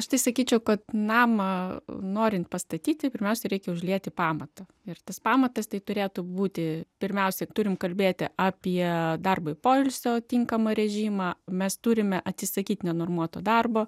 aš tai sakyčiau kad namą norint pastatyti pirmiausia reikia užlieti pamatu ir tas pamatas tai turėtų būti pirmiausia turime kalbėti apie darbui poilsio tinkamą režimą mes turime atsisakyti nenormuota darbo